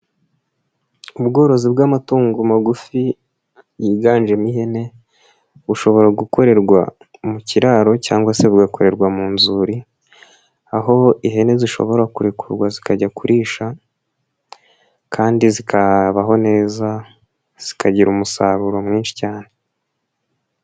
Ubworozi bw'amatungo magufi yiganjemo ihene, bushobora gukorerwa mu kiraro cyangwa se bugakorerwa mu nzuri, aho ihene zishobora kurekurwa zikajya kurisha, kandi zikabaho neza zikagira umusaruro mwinshi cyane.